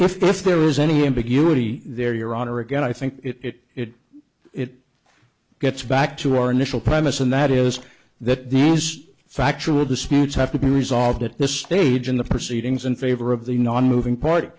honor if there was any ambiguity there your honor again i think it it gets back to our initial premise and that is that the factual disputes have to be resolved at this stage in the proceedings in favor of the nonmoving party